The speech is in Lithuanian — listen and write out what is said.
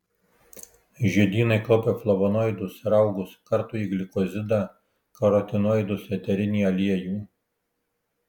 žiedynai kaupia flavonoidus raugus kartųjį glikozidą karotinoidus eterinį aliejų